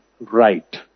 right